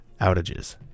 outages